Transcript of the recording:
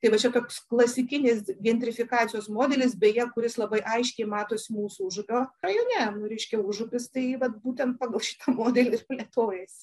tai va čia koks klasikinis gendrifikacijos modelis beje kuris labai aiškiai matos mūsų užupio rajone nu reiškia užupis tai vat būtent pagal šitą modelį ir plėtojasi